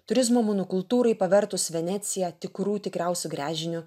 turizmo monokultūrai pavertus veneciją tikrų tikriausiu gręžiniu